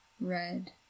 red